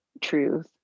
truth